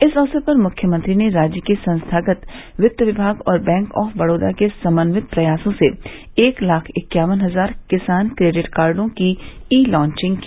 इस अवसर पर मुख्यमंत्री ने राज्य के संस्थागत वित्त विभाग और बैंक ऑफ बड़ौदा के समन्वित प्रयासों से एक लाख इक्यावन हजार किसान क्रेडिट कार्डो की ई लांचिंग की